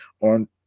on